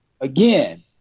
again